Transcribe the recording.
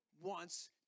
wants